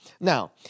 Now